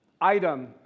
item